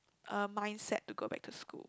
uh mindset to go back to school